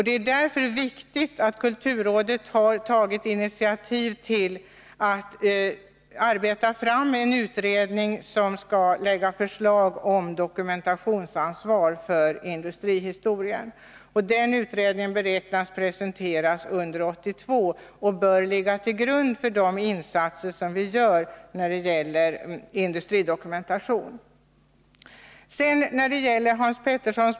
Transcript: Det är därför bra att kulturrådet har tagit initiativ till en utredning som skall lägga fram förslag om dokumentationsansvaret för industrihistoria. Den utredningen beräknas bli presenterad under 1982, och den bör ligga till grund för de insatser som vi skall göra när det gäller industridokumentation.